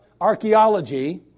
Archaeology